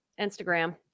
Instagram